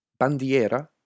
Bandiera